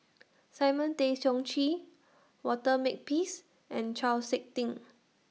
Simon Tay Seong Chee Walter Makepeace and Chau Sik Ting